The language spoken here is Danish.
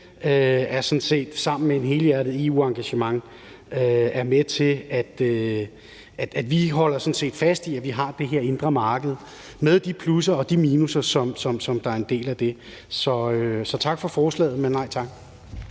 er sådan set sammen med et helhjertet EU-engagement med til, at vi holder fast i, at vi har det her indre marked med de plusser og de minusser, som er en del af det. Så tak for forslaget, men nej tak.